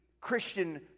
Christian